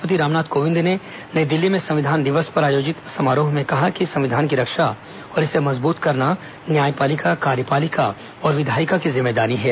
राष्ट्रपति रामनाथ कोविंद ने नई दिल्ली में संविधान दिवस पर आयोजित समारोह में कहा कि संविधान की रक्षा और इसे मजबूत करना न्यायपालिका कार्यपालिका और विधायिका की जिम्मेदारी है